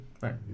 right